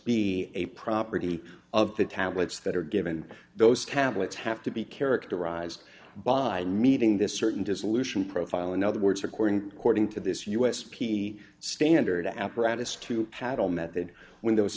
be a property of the tablets that are given those tablets have to be characterized by meeting this certain dissolution profile in other words according cording to this us p standard apparatus to paddle method w